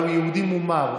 הינה, איש ישר אומר.